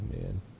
man